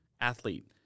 athlete